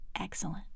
Excellent